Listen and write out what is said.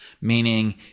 meaning